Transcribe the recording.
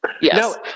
Yes